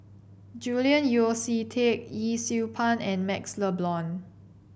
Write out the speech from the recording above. Julian Yeo See Teck Yee Siew Pun and MaxLe Blond